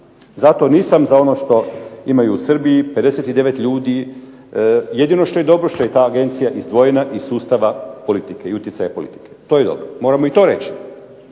Zato nisam za ono što imaju u Srbiji 59 ljudi. Jedino što je dobro što je ta agencija izdvojena iz sustava politike i utjecaja politike. To je dobro. Moramo i to reći.